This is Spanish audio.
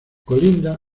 colinda